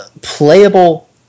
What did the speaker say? playable